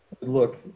look